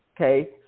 Okay